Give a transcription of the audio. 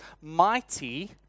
mighty